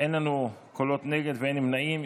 אין לנו קולות נגד ואין נמנעים.